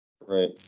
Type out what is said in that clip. Right